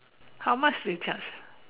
how much we charge